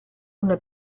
una